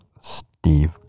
Steve